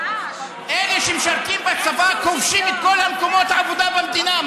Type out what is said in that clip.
אלה שמשרתים בצבא כובשים את כל מקומות העבודה במדינה.